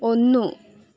ഒന്നു